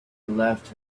left